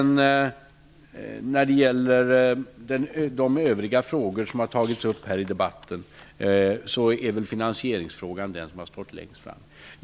När det gäller övriga frågor som har tagits upp här i debatten är väl finansieringsfrågan den fråga som har stått främst.